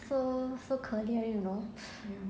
so so 可怜 you know